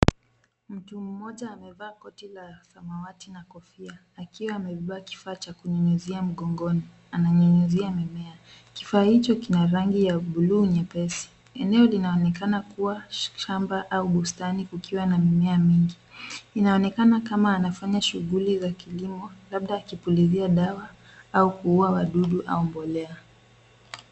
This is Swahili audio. Mtu mmoja amevaa koti la samawati na kofia akiwa amebeba kifaa cha kunyunyizia mgongoni ananyunyizia. Kifaa hicho kina rangi ya buluu nyepesi. Eneo linaonekana kuwa shamba au bustani kukiwa na mimea mingi. Inaonekana kama anafanya shughuli za kilimo labda akipulizia dawa au kuua wadudu au mbolea.